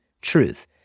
truth